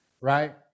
right